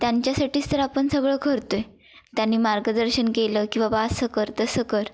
त्यांच्यासाठीच तर आपण सगळं करतो आहे त्यांनी मार्गदर्शन केलं की बाबा असं कर तसं कर